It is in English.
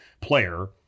player